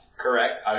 Correct